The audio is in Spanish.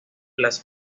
las